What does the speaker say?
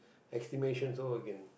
estimation so you can